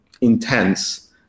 intense